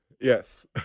Yes